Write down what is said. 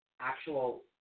actual